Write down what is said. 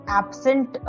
absent